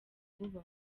vuba